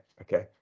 okay